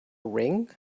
ring